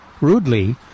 rudely